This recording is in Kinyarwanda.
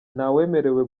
ntawemerewe